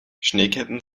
schneeketten